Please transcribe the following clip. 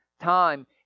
time